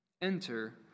Enter